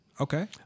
okay